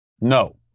No